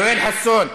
יואל חסון,